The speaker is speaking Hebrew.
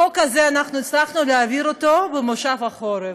אנחנו הצלחנו להעביר את החוק הזה במושב החורף.